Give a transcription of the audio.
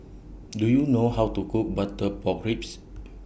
Do YOU know How to Cook Butter Pork Ribs